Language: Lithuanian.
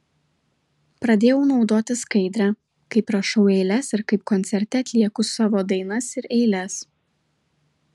pradėjau naudoti skaidrę kaip rašau eiles ir kaip koncerte atlieku savo dainas ir eiles